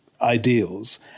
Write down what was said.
ideals